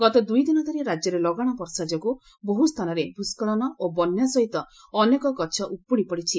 ଗତ ଦୁଇ ଦିନ ଧରି ରାଜ୍ୟରେ ଲଗାଣ ବର୍ଷା ଯୋଗୁଁ ବହୁ ସ୍ଥାନରେ ଭୂଷ୍କଳନ ଓ ବନ୍ୟା ସହିତ ଅନେକ ଗଛ ଉପୁଡ଼ି ପଡ଼ିଛି